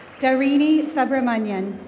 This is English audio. dorine subramaniam.